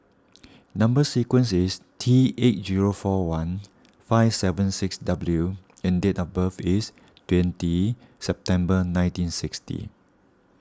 Number Sequence is T eight zero four one five seven six W and date of birth is twenty September nineteen sixty